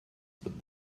but